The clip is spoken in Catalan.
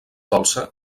dolça